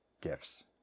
gifts